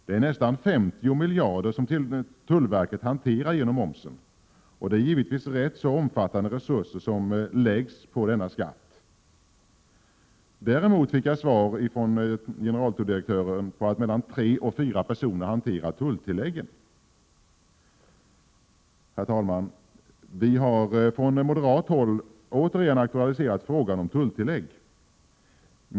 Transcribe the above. Det är ju nästan 50 miljarder som tullverket hanterar genom momsen. Det rör sig alltså om ganska stora resurser. Däremot fick jag svaret från generaltulldirektören att tre fyra personer hanterar tulltilläggen. Herr talman! Vi har från moderat håll återigen aktualiserat frågan om tulltillägg.